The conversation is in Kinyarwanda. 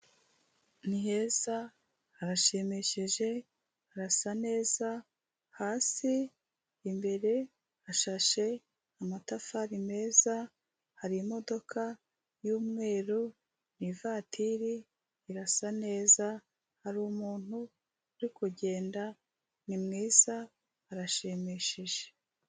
Ni heza, harashimishije, harasa neza, hasi imbere hashashe amatafari meza, hari imodoka y'umweru, ni ivatiri, irasa neza, hari umuntu, uri kugenda, ni mwiza arashimishije.